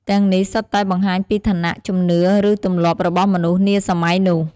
ទាំងនេះសុទ្ធតែបង្ហាញពីឋានៈ ជំនឿ ឬទម្លាប់របស់មនុស្សនាសម័យនោះ ។